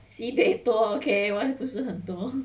sibei 多 okay 我还以为不是很多